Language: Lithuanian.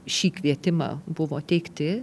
šį kvietimą buvo teikti